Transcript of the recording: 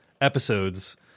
episodes